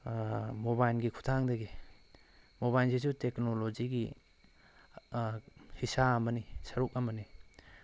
ꯃꯣꯕꯥꯏꯜꯒꯤ ꯈꯨꯠꯊꯥꯡꯗꯒꯤ ꯃꯣꯕꯥꯏꯜꯁꯤꯁꯨ ꯇꯦꯛꯅꯣꯂꯣꯖꯤꯒꯤ ꯍꯤꯁꯥ ꯑꯃꯅꯤ ꯁꯔꯨꯛ ꯑꯃꯅꯤ